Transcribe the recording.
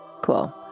Cool